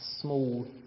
small